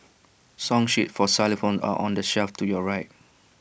song sheets for xylophones are on the shelf to your right